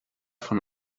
von